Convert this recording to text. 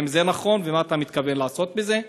האם זה נכון, ומה אתה מתכוון לעשות לגבי זה?